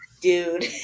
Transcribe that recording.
Dude